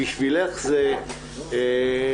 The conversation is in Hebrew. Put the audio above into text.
בשבילך זה המשכיות,